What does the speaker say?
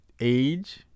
age